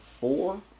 four